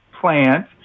plant